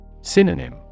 Synonym